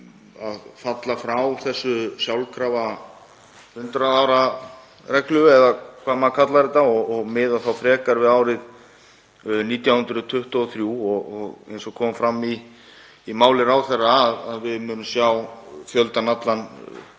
að falla frá þessari sjálfkrafa 100 ára reglu, eða hvað maður kallar þetta, og miða þá frekar við árið 1923. Eins og kom fram í máli ráðherra munum við sjá fjöldann allan,